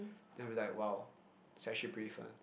then I'll be like !wow! it's actually pretty fun